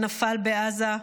שנפל בעזה,